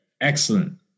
excellent